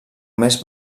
més